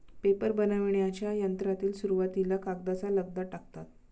paper बनविण्याच्या यंत्रात सुरुवातीला कागदाचा लगदा टाकतात